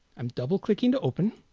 i'm double-clicking to open